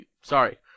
sorry